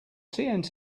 tnt